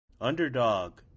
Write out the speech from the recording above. Underdog